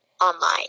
online